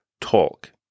Talk